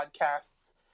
podcasts